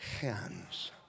hands